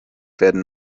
werden